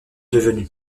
devenue